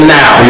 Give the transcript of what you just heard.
now